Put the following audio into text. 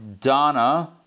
Donna